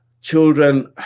Children